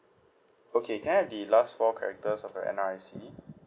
okay can I have the last four characters of your N_R_I_C